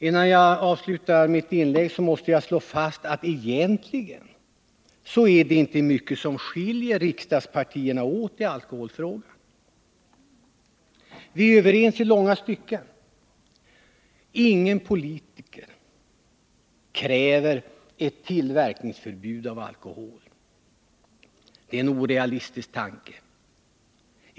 Innan jag avslutar mitt inlägg måste jag slå fast att det egentligen inte är mycket som skiljer riksdagspartierna åt i alkoholfrågan. Vi är överens i långa stycken. Ingen politiker kräver ett förbud mot tillverkning av alkohol — det är en orealistisk tanke.